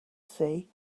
sea